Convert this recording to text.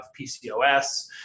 PCOS